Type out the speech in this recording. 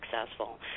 successful